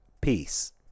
peace